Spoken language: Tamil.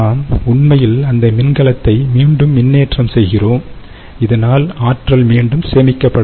நாம் உண்மையில் அந்த மின்கலத்தை மீண்டும் மின்னேற்றம் செய்கிறோம் இதனால் ஆற்றல் மீண்டும் சேமிக்கப்படும்